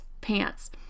pants